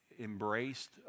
embraced